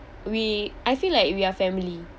we I feel like we are family